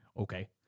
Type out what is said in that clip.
Okay